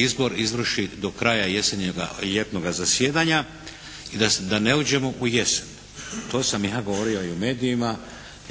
izbor izvrši do kraja jesenjega, ljetnoga zasjedanja i da ne uđemo u jesen. To sam ja govorio i u medijima